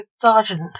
Sergeant